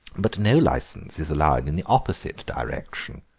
but no licence is allowed in the opposite direction.